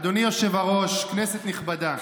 אדוני היושב-ראש, כנסת נכבדה,